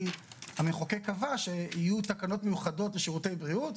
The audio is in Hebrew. כי המחוקק קבע שיהיו תקנות מיוחדות לשירותי בריאות,